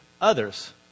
others